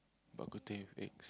bak-kut-teh wait